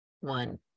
One